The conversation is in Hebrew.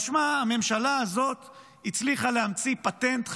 משמע, הממשלה הזאת הצליחה להמציא פטנט חדש,